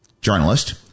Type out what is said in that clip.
journalist